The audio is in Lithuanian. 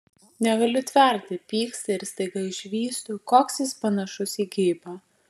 negaliu tverti pyksta ir staiga išvystu koks jis panašus į geibą